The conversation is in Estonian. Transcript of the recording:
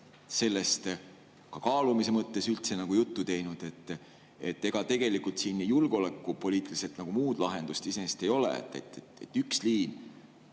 sellest ka kaalumise mõttes üldse juttu teinud? Ega tegelikult siin julgeolekupoliitiliselt muud lahendust iseenesest ei ole. Üks liin